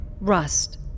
Rust